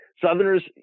Southerners